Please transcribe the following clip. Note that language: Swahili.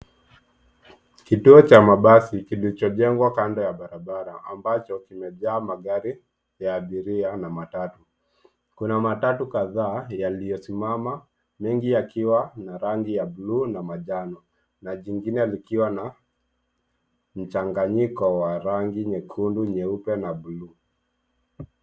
Kituo cha mabasi kilichojengwa kando ya barabara ambacho kimejaa magari ya abiria na matatu. Kuna matatu kadhaa yaliyosimama, mengi yakiwa na rangi ya bluu na manjano na jingine likiwa na mchanganyiko wa rangi nyekundu, nyeupe na bluu.